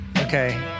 okay